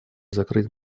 закрыть